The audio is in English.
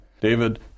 David